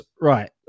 right